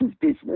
business